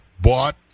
bought